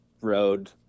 road